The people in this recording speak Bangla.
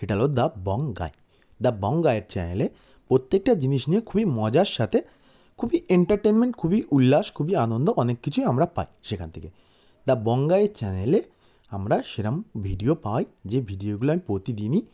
সেটা হলো the Bong guy the Bong গায়ের চ্যানেলে প্রত্যেকটা জিনিস নিয়ে খুবই মজার সাথে খুবই এন্টারটেনমেন্ট খুবই উল্লাস খুবই আনন্দ অনেক কিছুই আমরা পাই সেখান থেকে দ্য বং গায়ের চ্যানেলে আমরা সেরম ভিডিও পাই যে ভিডিওগুলো আমি প্রতিদিনই